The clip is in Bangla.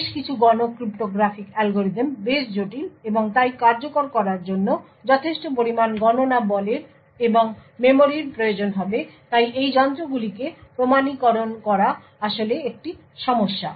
বেশ কিছু গণ ক্রিপ্টোগ্রাফিক অ্যালগরিদম বেশ জটিল এবং তাই কার্যকর করার জন্য যথেষ্ট পরিমাণ গণনা বলের এবং মেমরির প্রয়োজন হবে তাই এই যন্ত্রগুলিকে প্রমাণীকরণ করা আসলে একটি সমস্যা